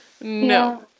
no